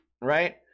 right